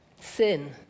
sin